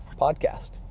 podcast